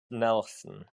nelson